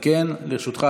אתקן: לרשותך,